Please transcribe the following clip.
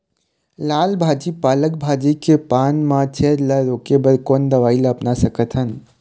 लाल भाजी पालक भाजी के पान मा छेद ला रोके बर कोन दवई ला अपना सकथन?